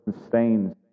sustains